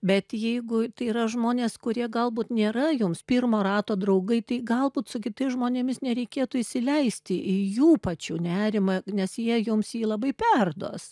bet jeigu tai yra žmonės kurie galbūt nėra jums pirmo rato draugai tai galbūt su kitais žmonėmis nereikėtų įsileisti į jų pačių nerimą nes jie jums jį labai perduos